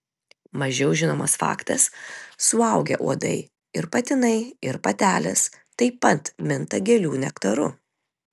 mažiau žinomas faktas suaugę uodai ir patinai ir patelės taip pat minta gėlių nektaru